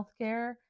healthcare